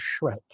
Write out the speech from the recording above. Shrek